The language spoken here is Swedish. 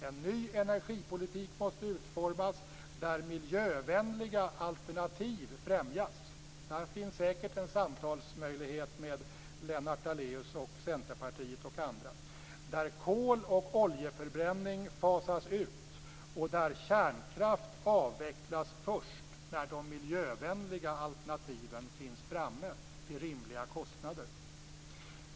En ny energipolitik måste utformas, där miljövänliga alternativ främjas - där finns säkert en samtalsmöjlighet med Lennart Daléus och Centerpartiet och andra -, där kol och oljeförbränning fasas ut och där kärnkraft avvecklas först när de miljövänliga alternativen finns framme till rimliga kostnader.